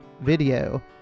video